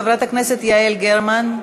חברת הכנסת יעל גרמן.